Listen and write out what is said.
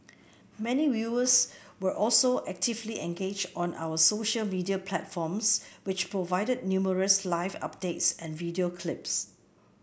many viewers were also actively engaged on our social media platforms which provided numerous live updates and video clips